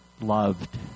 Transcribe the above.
loved